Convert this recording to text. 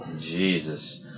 Jesus